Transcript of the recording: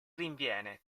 rinviene